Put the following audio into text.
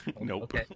nope